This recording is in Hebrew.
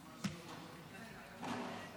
לרשותך עשר דקות.